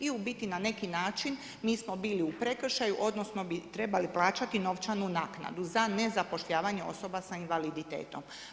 I u biti na neki način mi smo bili u prekršaju, odnosno bi trebali plaćati novčanu naknadu za nezapošljavanje osoba sa invaliditetom.